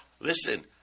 listen